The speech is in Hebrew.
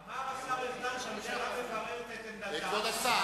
אמר השר ארדן שהממשלה מבררת את עמדתה.